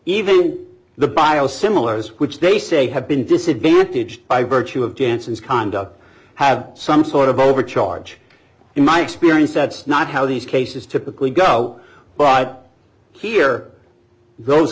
even the biosimilars which they say have been disadvantaged by virtue of jansons conduct have some sort of overcharge in my experience that's not how these cases typically go but here